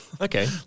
Okay